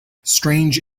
strange